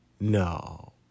no